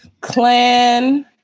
clan